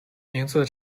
名字